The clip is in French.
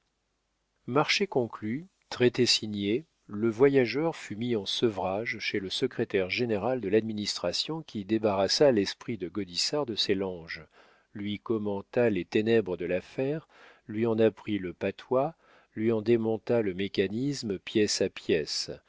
marché conclu traité signé le voyageur fut mis en sevrage chez le secrétaire général de l'administration qui débarrassa l'esprit de gaudissart de ses langes lui commenta les ténèbres de l'affaire lui en apprit le patois lui en démonta le mécanisme pièce à pièce